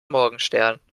morgenstern